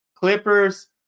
Clippers